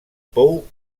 pou